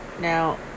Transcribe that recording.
Now